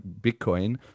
Bitcoin